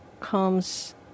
comes